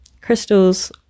crystals